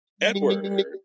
Edward